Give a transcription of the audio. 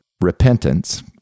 repentance